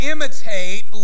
Imitate